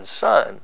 Son